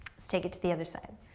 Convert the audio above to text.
let's take it to the other side.